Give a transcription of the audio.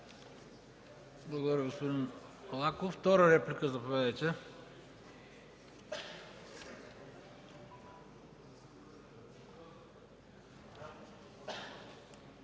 Благодаря, господин Лаков. Втора реплика – заповядайте.